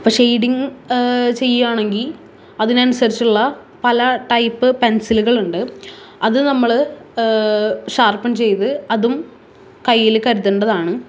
ഇപ്പം ഷെയ്ഡിങ് ചെയ്യുവാണെങ്കിൽ അതിനൻസരിച്ചിട്ടുള്ള പല ടൈപ്പ് പെൻസിലുകളുണ്ട് അത് നമ്മള് ഷാർപ്പെൻ ചെയ്ത് അതും കയ്യില് കരുതേണ്ടതാണ്